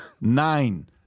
nine